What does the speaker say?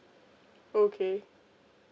okay